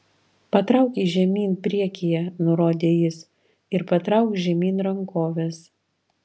patrauk jį žemyn priekyje nurodė jis ir patrauk žemyn rankoves